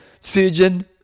Surgeon